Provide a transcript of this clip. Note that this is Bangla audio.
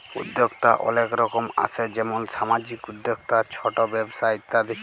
উদ্যক্তা অলেক রকম আসে যেমল সামাজিক উদ্যক্তা, ছট ব্যবসা ইত্যাদি